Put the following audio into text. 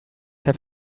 have